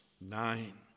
nine